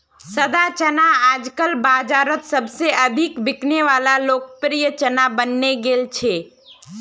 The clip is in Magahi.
सादा चना आजकल बाजारोत सबसे अधिक बिकने वला लोकप्रिय चना बनने गेल छे